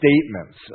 statements